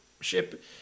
ship